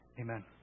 Amen